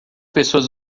pessoas